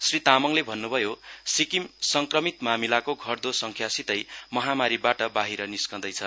श्री तामाङले भन्नुभयो सिक्किम संक्रमित मामिलाको घट्दो संख्यासितै महामारिबाट बाहिर निस्किँदैछ